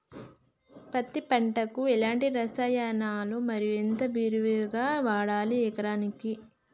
పత్తి పంటకు ఎలాంటి రసాయనాలు మరి ఎంత విరివిగా వాడాలి ఎకరాకి?